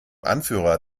anführer